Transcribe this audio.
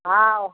हॅं